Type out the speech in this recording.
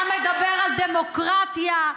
אתה מדבר על דמוקרטיה.